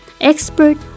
expert